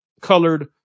colored